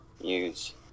use